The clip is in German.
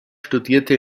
studierte